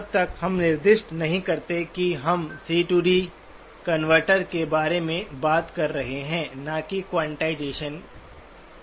जब तक हम निर्दिष्ट नहीं करते कि हम सीडी कनवर्टरCD converter के बारे में बात कर रहे हैं न कि क्वांटाइजेशन का